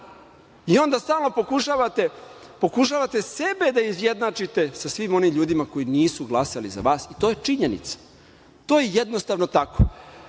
Onda stalno pokušavate sebe da izjednačite sa svim onim ljudima koji nisu glasali za vas i to je činjenica. To je jednostavno tako. Sve